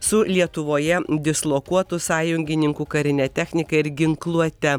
su lietuvoje dislokuotų sąjungininkų karine technika ir ginkluote